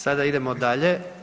Sada idemo dalje.